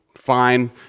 fine